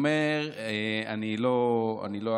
אני לא אחזור,